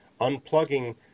Unplugging